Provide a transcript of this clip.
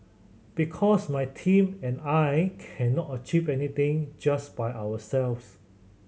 because my team and I cannot achieve anything just by ourselves